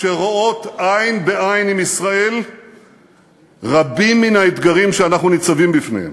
שרואות עין בעין עם ישראל רבים מן האתגרים שאנחנו ניצבים בפניהם.